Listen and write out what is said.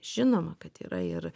žinoma kad yra ir